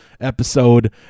episode